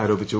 ആരോപിച്ചു